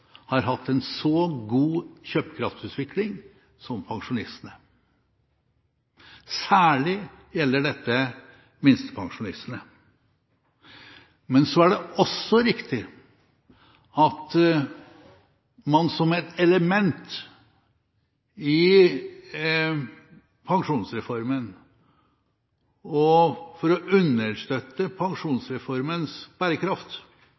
har hatt en så god kjøpekraftsutvikling som pensjonistene, særlig gjelder dette minstepensjonistene. Men så er det også riktig at man som et element i pensjonsreformen, og for å understøtte pensjonsreformens bærekraft,